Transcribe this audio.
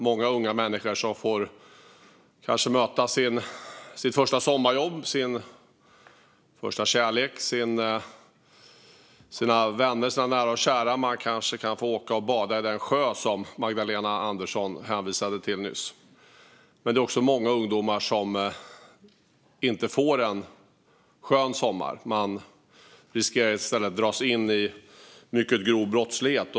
Många unga människor får kanske möta sitt första sommarjobb, sin första kärlek, sina vänner och sina nära och kära. De kanske också kan få åka och bada i den sjö som Magdalena Andersson nyss hänvisade till. Men det är också många ungdomar som inte får en skön sommar. De riskerar i stället att dras in i mycket grov brottslighet.